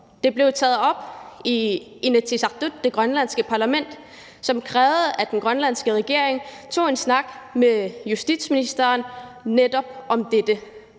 Det blev taget op i Inatsisartut, det grønlandske parlament, som krævede, at den grønlandske regering tog en snak med justitsministeren netop om dette.